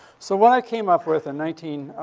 so what i came up with in nineteen,